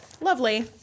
Lovely